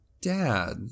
dad